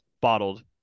bottled